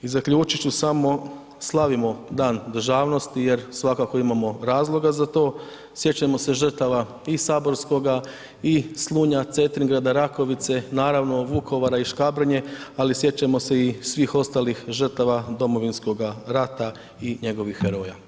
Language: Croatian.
I zaključit ću samo, slavimo Dan državnosti jer svakako imamo razloga za to, sjećajmo se žrtava i Saborskoga i Slunja, Cetingrada, Rakovice, naravno Vukovara i Škabrnje ali sjećajmo se i svih ostalih žrtava Domovinskoga rata i njegovih heroja, hvala lijepo.